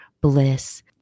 bliss